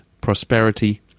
prosperity